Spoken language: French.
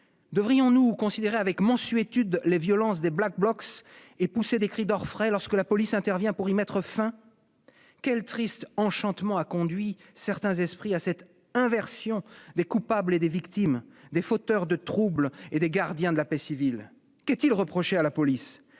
Devrions-nous considérer avec mansuétude les violences des Black Blocs et pousser des cris d'orfraie lorsque la police intervient pour y mettre fin ? Quel triste enchantement a conduit certains esprits à cette inversion des coupables et des victimes, des fauteurs de troubles et des gardiens de la paix civile ? Qu'est-il reproché à la police ?